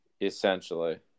essentially